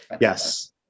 Yes